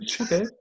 Okay